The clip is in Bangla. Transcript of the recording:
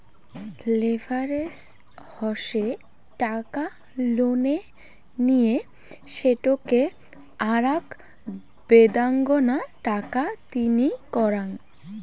লেভারেজ হসে টাকা লোনে নিয়ে সেটোকে আরাক বেদাঙ্গনা টাকা তিনি করাঙ